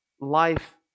life